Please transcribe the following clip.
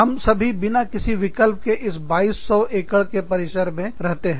हम सभी बिना किसी विकल्प के इस 2200 एकड़ के परिसर कैंपस रहते हैं